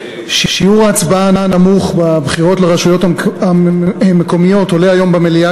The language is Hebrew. שיעור ההצבעה הנמוך בבחירות לרשויות המקומיות עולה היום במליאה